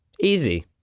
Easy